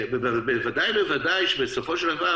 בוודאי ובוודאי שבסופו של דבר